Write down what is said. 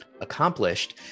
accomplished